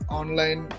online